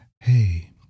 hey